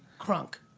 crunk.